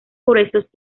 gruesos